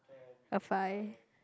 a five